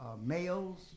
males